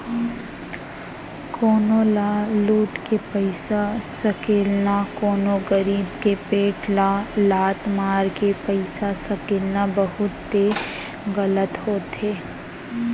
कोनो ल लुट के पइसा सकेलना, कोनो गरीब के पेट ल लात मारके पइसा सकेलना बहुते गलत होथे